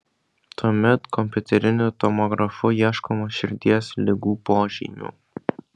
tuomet kompiuteriniu tomografu ieškoma širdies ligų požymių